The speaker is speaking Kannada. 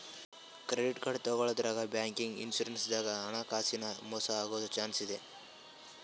ಕ್ರೆಡಿಟ್ ಕಾರ್ಡ್ ತಗೋಳಾದ್ರಾಗ್, ಬ್ಯಾಂಕ್ನಾಗ್, ಇನ್ಶೂರೆನ್ಸ್ ದಾಗ್ ಹಣಕಾಸಿನ್ ಮೋಸ್ ಆಗದ್ ಚಾನ್ಸ್ ಇರ್ತದ್